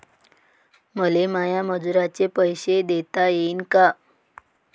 मले माया मजुराचे पैसे देता येईन का?